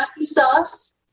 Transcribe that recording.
sauce